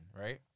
right